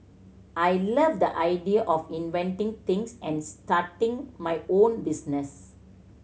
I love the idea of inventing things and starting my own business